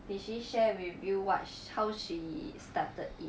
did she share with you watch how she started it